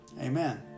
Amen